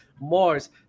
Mars